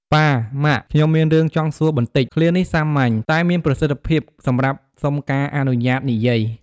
ប៉ា ម៉ាក់ ខ្ញុំមានរឿងចង់សួរបន្តិច! ឃ្លានេះសាមញ្ញ តែមានប្រសិទ្ធភាពសម្រាប់សុំការអនុញ្ញាតនិយាយ។